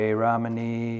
ramani